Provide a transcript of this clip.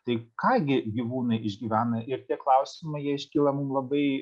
tai ką gi gyvūnai išgyvena ir tie klausimai jie iškyla mum labai